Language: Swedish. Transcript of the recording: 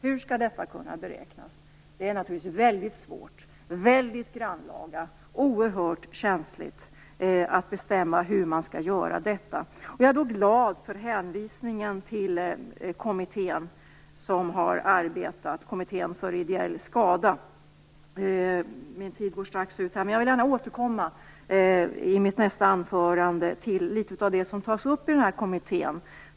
Att bestämma hur man skall beräkna detta är naturligtvis mycket svårt, väldigt grannlaga och oerhört känsligt. Jag är glad till hänvisningen till Kommittén för ideell skada. Min tid går strax ut, men jag vill gärna återkomma i mitt nästa anförande till litet av det som tas upp i kommittén.